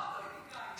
היא ה-פוליטיקאית.